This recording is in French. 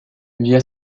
via